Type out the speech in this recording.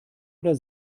oder